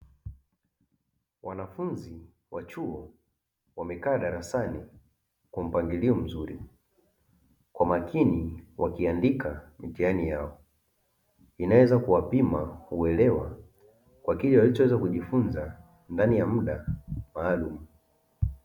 Wanafunzi wa chuo wamekaa darasani kwa mpangilio mzuri, kwa makini wakiandika mitihani yao, inayoweza kuwapima uelewa kwa kile walichoweza kujifunza ndani ya muda maalumu.